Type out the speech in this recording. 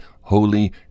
holy